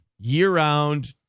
Year-round